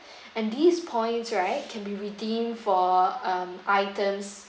and these points right can be redeemed for um items